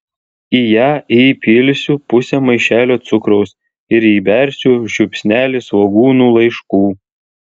į ją įpilsiu pusę maišelio cukraus ir įbersiu žiupsnelį svogūnų laiškų